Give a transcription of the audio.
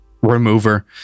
remover